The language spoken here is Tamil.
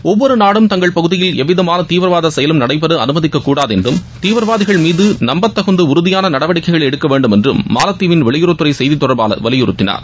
ஒவ்வொரு நாடும் தங்கள் பகுதியில் எவ்விதமான தீவிரவாத செயலும் நடைபெற அமைதிக்கக்கூடாது என்றும் தீவிரவாதிகள் மீது நம்பத்தகுந்த உறுதியான நடவடிக்கைகளை எடுக்க வேண்டும் என்றும் மாலத்தீவின் வெளியுறவுத்துறை செய்தித்தொடர்பாளர் வலியுறுத்தினார்